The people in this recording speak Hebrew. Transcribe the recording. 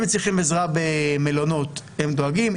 אם צריכים עזרה במלונות, הם דואגים.